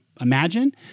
imagine